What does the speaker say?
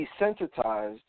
desensitized